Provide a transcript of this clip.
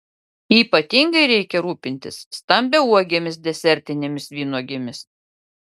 ypatingai reikia rūpintis stambiauogėmis desertinėmis vynuogėmis